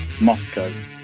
Moscow